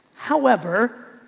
however,